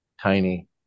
tiny